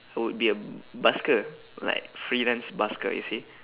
I would be a busker like freelance busker you see